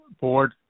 board